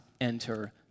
enter